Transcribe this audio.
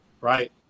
right